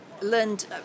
learned